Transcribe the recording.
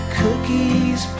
cookies